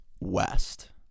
west